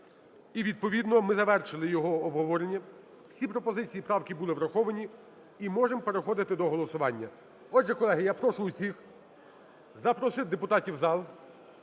і, відповідно, ми завершили його обговорення. Всі пропозиції і правки були враховані. І можемо переходити до голосування Отже, колеги, я прошу всіх запросити депутатів в зал,